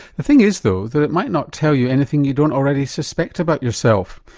the thing is though though it might not tell you anything you don't already suspect about yourself.